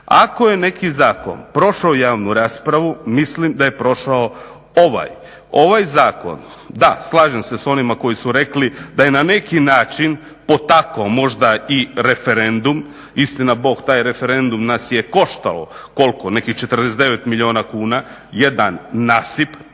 Ako je neki zakon prošao javnu raspravu mislim da je prošao ovaj. Ovaj zakon, da slažem se s onima koji su rekli da je na neki način potakao možda i referendum, istina i Bog, taj referendum nas je koštao, koliko, nekih 49 milijuna kuna, jedan nasip